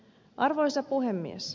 arvoisa puhemies